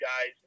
guys